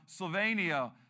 Slovenia